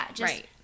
Right